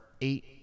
eight